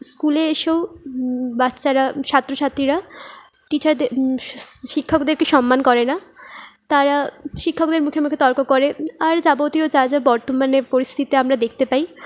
স্কুলে এসেও বাচ্চারা ছাত্রছাত্রীরা টিচারদের শিক্ষকদেরকে সম্মান করে না তারা শিক্ষকদের মুখে মুখে তর্ক করে আর যাবতীয় যা যা বর্তমানে পরিস্থিতিতে আমরা দেখতে পাই